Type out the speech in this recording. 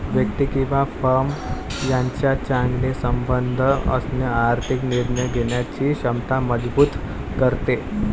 व्यक्ती किंवा फर्म यांच्यात चांगले संबंध असणे आर्थिक निर्णय घेण्याची क्षमता मजबूत करते